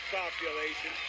population